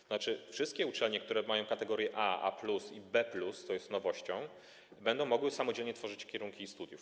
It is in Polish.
To znaczy wszystkie uczelnie, które mają kategorie: A, A+ i B+, co jest nowością, będą mogły samodzielnie tworzyć kierunki studiów.